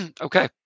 Okay